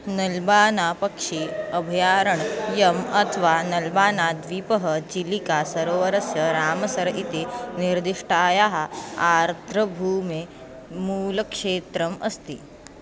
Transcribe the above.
नल्बानापक्षि अभयारण्यम् अथवा नल्बानाद्वीपः चिलिका सरोवरस्य रामसर इति निर्दिष्टायाः आर्द्रभूमेः मूलक्षेत्रम् अस्ति